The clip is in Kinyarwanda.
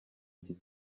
iki